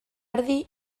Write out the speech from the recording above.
erdi